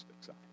side